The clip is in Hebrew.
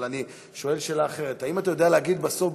אבל אני שואל שאלה אחרת: האם אתה יודע להגיד בסוף,